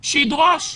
שידרוש,